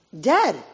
Dead